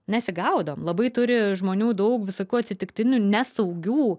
nesigaudom labai turi žmonių daug visokių atsitiktinių nesaugių